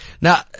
Now